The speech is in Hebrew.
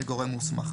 מגורם מוסמך,